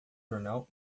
jornal